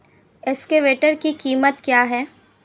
Excavator की कीमत क्या है?